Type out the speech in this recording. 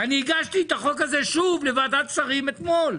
הגשתי אתמול את החוק הזה שוב לוועדת שרים אתמול,